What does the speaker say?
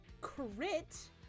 Crit